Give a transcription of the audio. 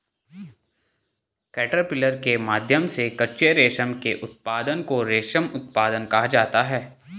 caterpillar के माध्यम से कच्चे रेशम के उत्पादन को रेशम उत्पादन कहा जाता है